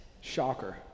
Shocker